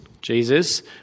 Jesus